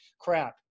crap